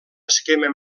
esquema